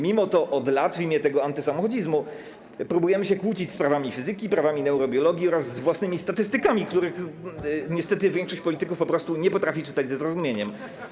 Mimo to od lat w imię antysamochodzizmu próbujemy kłócić się z prawami fizyki, prawami neurobiologii oraz ze statystykami, których niestety większość polityków po prostu nie potrafi czytać ze zrozumieniem.